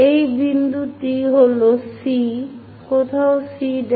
এই বিন্দুটি হল C কোথাও C'